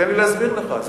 תן לי להסביר לך.